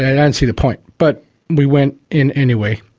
i didn't see the point, but we went in anyway,